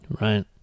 Right